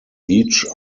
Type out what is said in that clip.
each